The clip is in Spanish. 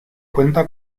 cuenta